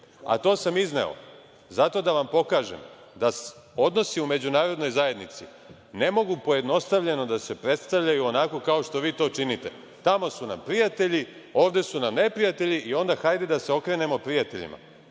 To sam izneo zato da vam pokažem da odnosi u međunarodnoj zajednici ne mogu pojednostavljeno da se predstavljaju onako kao što vi to činite. Tamo su nam prijatelji, ovde su nam neprijatelji i onda hajde da se okrenemo prijateljima.